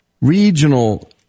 regional